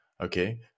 Okay